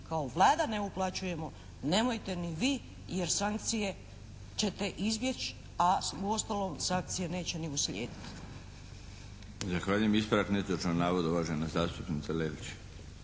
kao Vlada ne uplaćujemo, nemojte ni vi, jer sankcije ćete izbjeći, a uostalom sankcije neće ni uslijediti. **Milinović, Darko (HDZ)** Zahvaljujem. Ispravak netočnog navoda, uvažena zastupnica Lelić.